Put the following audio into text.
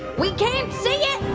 we can't see it,